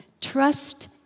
trust